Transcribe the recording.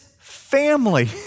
family